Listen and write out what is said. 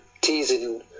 teasing